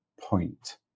point